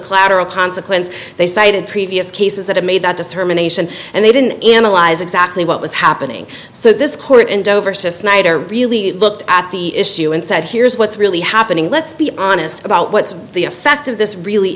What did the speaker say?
clatter of consequence they cited previous cases that have made that determination and they didn't analyze exactly what was happening so this court in dover cis night or really looked at the issue and said here's what's really happening let's be honest about what the effect of this really